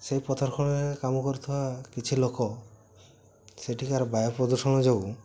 ସେହି ପଥର ଖଣିରେ କାମ କରୁଥିବା କିଛି ଲୋକ ସେଠିକାର ବାୟୁ ପ୍ରଦୂଷଣ ଯୋଗୁଁ